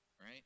right